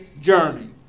journey